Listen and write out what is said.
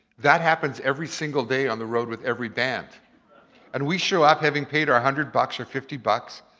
that happens every single day on the road with every band and we show up having paid our hundred bucks or fifty bucks.